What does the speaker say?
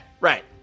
Right